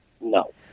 No